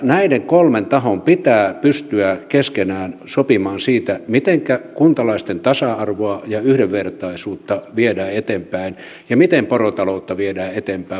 näiden kolmen tahon pitää pystyä keskenään sopimaan siitä mitenkä kuntalaisten tasa arvoa ja yhdenvertaisuutta viedään eteenpäin ja miten porotaloutta viedään eteenpäin valtion mailla